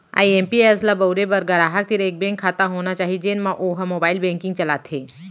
IMPS ल बउरे बर गराहक तीर एक बेंक खाता होना चाही जेन म वो ह मोबाइल बेंकिंग चलाथे